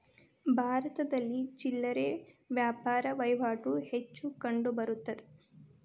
ಭಾರತದಲ್ಲಿ ಚಿಲ್ಲರೆ ವ್ಯಾಪಾರ ವಹಿವಾಟು ಹೆಚ್ಚು ಕಂಡುಬರುತ್ತದೆ